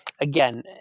again